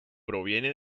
proviene